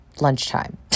lunchtime